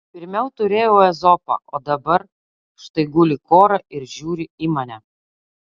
pirmiau turėjau ezopą o dabar štai guli kora ir žiūri į mane